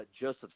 Joseph